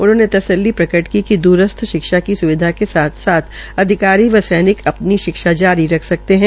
उन्होंने तसल्ली प्रकट की कि दूरस्थ शिक्षा की स्विधा के साथ साथ अधिकारी व सैनिकों जारी रख सकते है